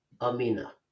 Amina